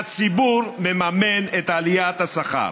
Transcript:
והציבור מממן את עליית השכר.